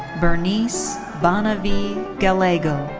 bernice bonnevie gallego.